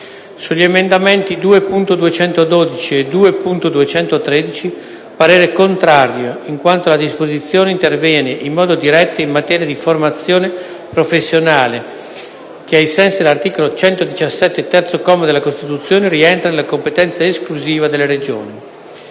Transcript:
sugli emendamenti 2.212 e 2.213 parere contrario, in quanto la disposizione interviene in modo diretto in materia di formazione professionale, che, ai sensi dell’articolo 117, terzo comma della Costituzione, rientra nella competenza esclusiva delle Regioni.